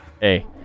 hey